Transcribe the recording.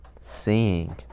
Seeing